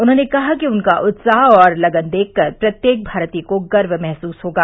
उन्हॉने कहा कि उनका उत्साह और लगन देख कर प्रत्येक भारतीय को गर्व महसूस होगा